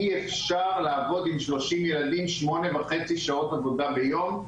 אי אפשר לעבוד עם שלושים ילדים שמונה וחצי שעות עבודה ביום.